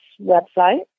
website